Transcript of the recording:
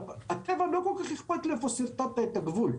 לטבע לא כל כך אכפת איפה שרטטת את הגבול.